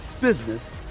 business